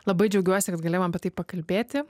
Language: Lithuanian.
labai džiaugiuosi kad galėjom apie tai pakalbėti